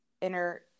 inner